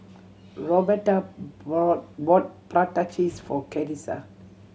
Roberta brought prata cheese for Carissa